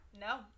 no